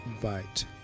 bite